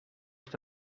just